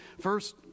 first